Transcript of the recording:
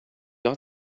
got